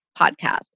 podcast